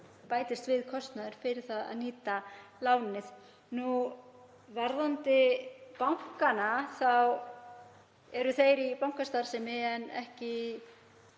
bætist við kostnaður fyrir það að nýta lánið. Varðandi bankana þá eru þeir í bankastarfsemi en ekki